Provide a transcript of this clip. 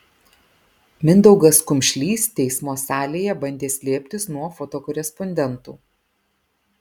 mindaugas kumšlys teismo salėje bandė slėptis nuo fotokorespondentų